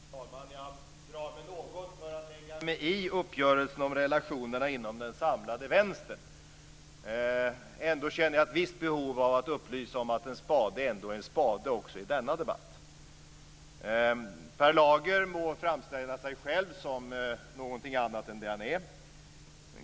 Herr talman! Jag drar mig något för att lägga mig i uppgörelsen om relationerna inom den samlade vänstern. Ändå känner jag ett visst behov av att upplysa om att en spade är en spade också i denna debatt. Per Lager må framställa sig själv som någonting annat än vad han är.